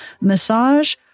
massage